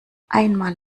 einmal